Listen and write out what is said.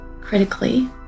critically